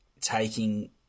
taking